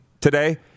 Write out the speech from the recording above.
Today